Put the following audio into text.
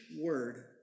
word